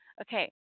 Okay